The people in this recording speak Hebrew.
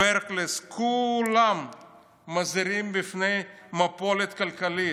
ברקליס כולם מזהירים מפני מפולת כלכלית.